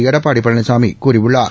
எடப்பாடி பழனிசாமி கூறியுள்ளார்